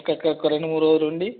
అకకక్కడ ఒక రెండు మూడు రోజులు ఉండి